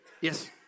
yes